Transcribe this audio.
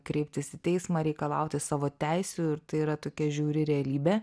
kreiptis į teismą reikalauti savo teisių ir tai yra tokia žiauri realybė